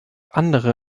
andere